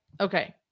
Okay